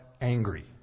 angry